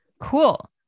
Cool